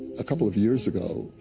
a couple of years ago,